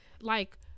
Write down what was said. like-